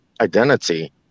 identity